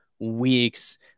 weeks